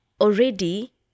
Already